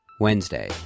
Wednesday